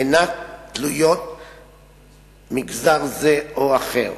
אינה תלוית מגזר זה או אחר.